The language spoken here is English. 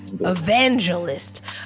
Evangelist